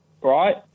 Right